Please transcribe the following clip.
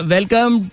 Welcome